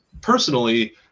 personally